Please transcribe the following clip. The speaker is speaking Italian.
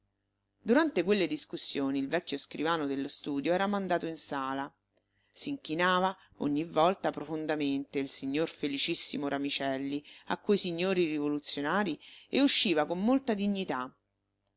durante quelle discussioni il vecchio scrivano dello studio era mandato in sala s'inchinava ogni volta profondamente il signor felicissimo ramicelli a quei signori rivoluzionari e usciva con molta dignità